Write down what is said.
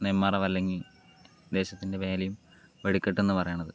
നെന്മാറ വല്ലങ്ങി ദേശത്തിൻ്റെ വേലയും വെടിക്കെട്ട് എന്ന് പറയണത്